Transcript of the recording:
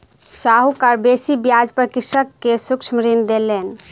साहूकार बेसी ब्याज पर कृषक के सूक्ष्म ऋण देलैन